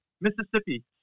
Mississippi